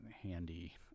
handy